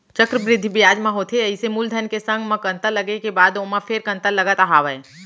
चक्रबृद्धि बियाज म होथे अइसे मूलधन के संग म कंतर लगे के बाद ओमा फेर कंतर लगत हावय